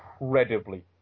incredibly